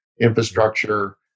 infrastructure